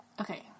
Okay